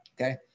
okay